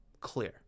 clear